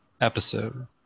episode